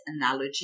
analogy